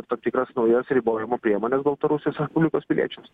tam tikras naujas ribojimo priemones baltarusijos respublikos piliečiams